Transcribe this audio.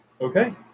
Okay